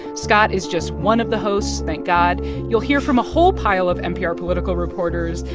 scott is just one of the hosts thank god you'll hear from a whole pile of npr political reporters,